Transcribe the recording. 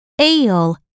Ale